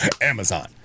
Amazon